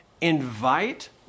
invite